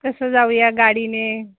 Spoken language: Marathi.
कसं जाऊया गाडीने